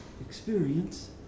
experience